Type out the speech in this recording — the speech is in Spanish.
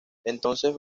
entonces